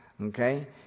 Okay